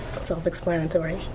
self-explanatory